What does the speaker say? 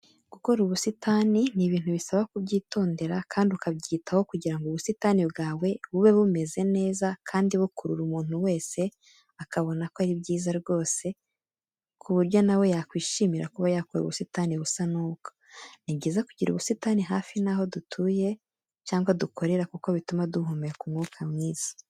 Gukora ubusitani ni ibintu bisaba ku byitondera kandi ukabyitaho kugira ngo ubusitani bwawe bube bumeze neza, kandi bukurura umuntu wese akabona ko ari byiza rwose ku buryo nawe yakwishimira kuba yakora ubusitani busa n'ubwo. Ni byiza kugira ubusitani hafi naho dutuye cyangwa dukorera kuko bituma duhumeka umwuka mwiza.